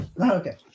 okay